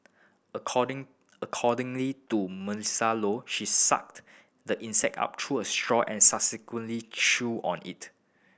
according accordingly to Maisie Low she sucked the insect up through her straw and subsequently chewed on it